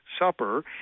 Supper